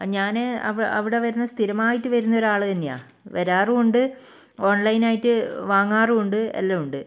ഞാൻ അവിടെ വരുന്ന സ്ഥിരമായിട്ട് വരുന്ന ഒരാൾ തന്നെയാ വരാറും ഉണ്ട് ഓൺലൈൻ ആയിട്ട് വാങ്ങാറും ഉണ്ട് എല്ലാം ഉണ്ട്